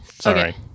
Sorry